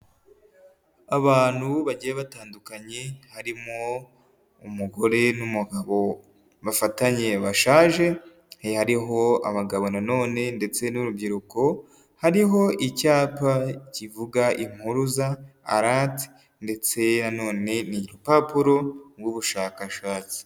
Abantu bagiye batandukanye harimo umugore n'umugabo bafatanye bashaje, hariho abagabo nanone ndetse n'urubyiruko, hariho icyapa kivuga impuruza ''alert'' ,ndetse nanone n'urupapuro rw'ubushakashatsi.